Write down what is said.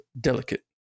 Delicate